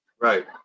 Right